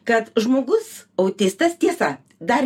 kad žmogus autistas tiesa dar